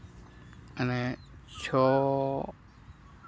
ᱢᱟᱱᱮ ᱪᱷᱚ